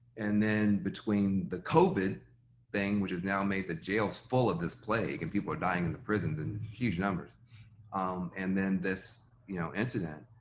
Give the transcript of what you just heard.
and then between the covid thing which has now made the jails full of this plague and people are dying in the prisons in huge numbers um and then this you know incident,